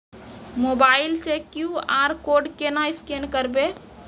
Mobile से QR code केना scan करबै?